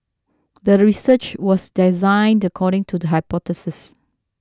the research was designed according to the hypothesis